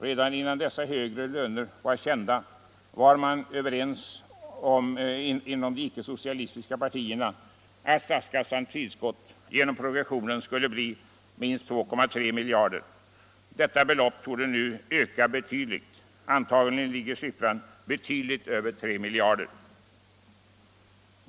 Redan innan dessa högre löner blivit kända var man inom de icke-socialistiska partierna överens om att statskassans tillskott genom progressionen skulle bli minst 2,3 miljarder. Detta belopp torde nu komma att öka avsevärt. Antagligen ligger siffran betydligt över 3 miljarder.